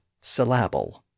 syllable